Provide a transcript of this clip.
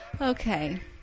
Okay